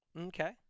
Okay